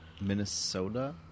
Minnesota